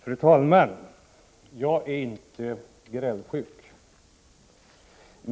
Fru talman! Jag är inte grälsjuk.